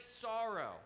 sorrow